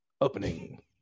opening